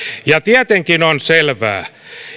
tietenkin on selvää